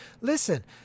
Listen